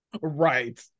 Right